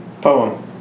Poem